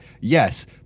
yes